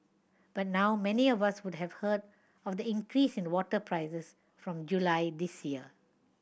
by now many of us would have heard of the increase in water prices from July this year